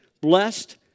blessed